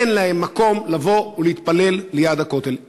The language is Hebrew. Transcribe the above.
אין להם מקום לבוא ולהתפלל ליד הכותל.